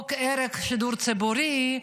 בחוק הרג השידור הציבורי,